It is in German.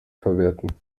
verwerten